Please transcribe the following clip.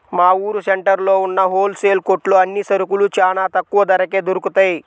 మా ఊరు సెంటర్లో ఉన్న హోల్ సేల్ కొట్లో అన్ని సరుకులూ చానా తక్కువ ధరకే దొరుకుతయ్